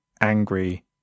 angry